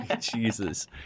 Jesus